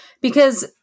because-